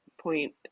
point